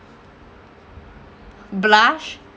blush